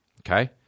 Okay